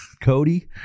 Cody